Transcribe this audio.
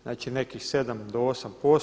Znači nekih 7 do 8%